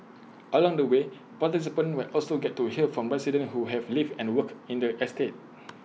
along the way participants will also get to hear from residents who have lived and worked in the estate